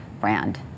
brand